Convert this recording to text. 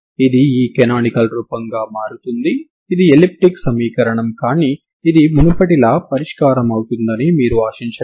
ఇది ఈ కనానికల్ రూపంగా మారుతుంది ఇది ఎలిప్టిక్ సమీకరణం కానీ ఇది మునుపటిలా పరిష్కారమవుతుందని మీరు ఆశించలేరు